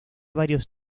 varios